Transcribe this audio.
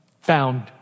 found